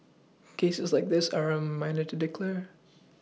cases like this are a reminder to declare